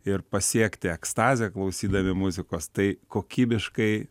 ir pasiekti ekstazę klausydami muzikos tai kokybiškai